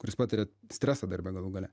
kuris patiria stresą darbe galų gale